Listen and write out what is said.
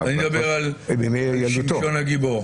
אני מדבר על שמשון הגיבור.